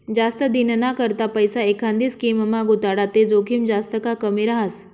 जास्त दिनना करता पैसा एखांदी स्कीममा गुताडात ते जोखीम जास्त का कमी रहास